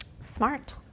Smart